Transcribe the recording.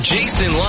Jason